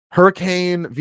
Hurricane